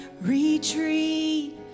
retreat